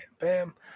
Bam